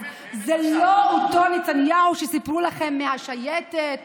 זה לא אותו נתניהו שסיפרו לכם מהשייטת,